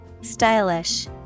Stylish